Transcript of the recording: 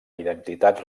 identitat